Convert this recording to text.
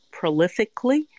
prolifically